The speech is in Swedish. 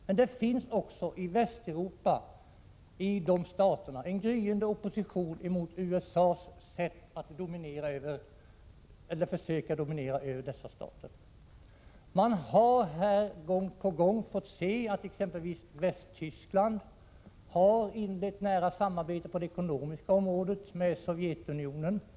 Men det finns också i Västeuropa en gryende opposition mot USA:s sätt att försöka dominera. Gång på gång har vi fått se att exempelvis Västtyskland har inlett nära samarbete på det ekonomiska området med Sovjetunionen.